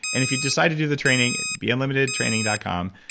and if you decide to do the training, beunlimitedtraining dot com.